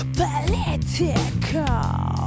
political